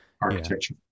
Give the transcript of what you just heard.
architecture